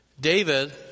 David